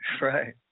Right